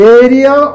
area